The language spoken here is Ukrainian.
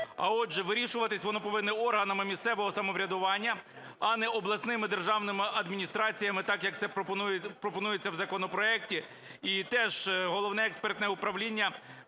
а отже, вирішуватися воно повинно органами місцевого самоврядування, а не обласними державними адміністраціями, так, як це пропонується в законопроекті. І теж Головне експертне управління